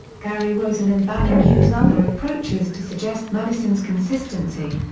gary rosen and banning use other approaches to suggest madison's consistency.